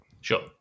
Sure